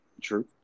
True